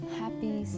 happy